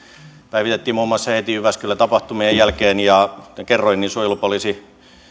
päivitettiin muun muassa heti jyväskylän tapahtumien jälkeen kuten kerroin suojelupoliisi ja